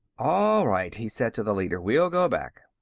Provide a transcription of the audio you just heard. all right, he said to the leader. we'll go back.